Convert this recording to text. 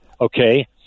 okay